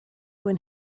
when